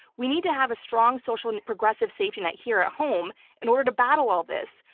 we need to have a strong, social and progressive safety net here at home in order to battle all this.